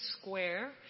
Square